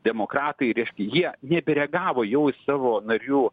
demokratai reiškia jie nebereagavo jau į savo narių